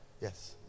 Yes